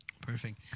perfect